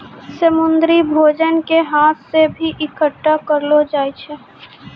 समुन्द्री भोजन के हाथ से भी इकट्ठा करलो जाय छै